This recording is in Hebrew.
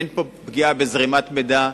אין פה פגיעה בזרימת המידע,